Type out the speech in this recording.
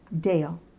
Dale